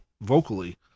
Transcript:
vocally